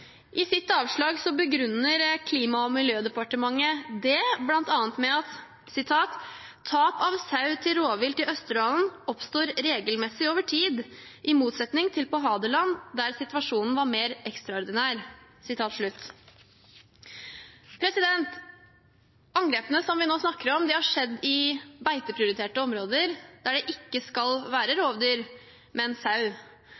i sitt avslag begrunner klima- og miljødepartementet det bl.a. med: tap av sau til rovvilt i Østerdalen oppstår regelmessig over tid, i motsetning til på Hadeland, der situasjonen var mer ekstraordinær.» Angrepene som vi nå snakker om, har skjedd i beiteprioriterte områder, der det ikke skal være